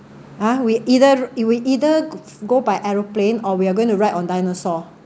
ha we either we either go by aeroplane or we are going to ride on dinosaur